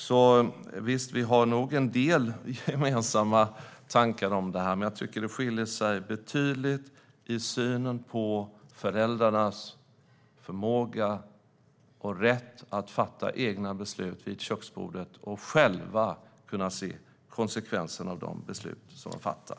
Därför har vi visst en del gemensamma tankar om det här, men jag tycker att det skiljer sig betydligt i synen på föräldrarnas förmåga och rätt att fatta egna beslut vid köksbordet och själva kunna se konsekvenserna av de beslut som de fattar.